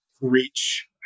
reach